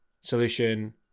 solution